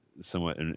somewhat